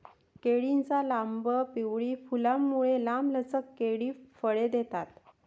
केळीच्या लांब, पिवळी फुलांमुळे, लांबलचक केळी फळे येतात